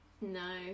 No